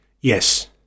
Yes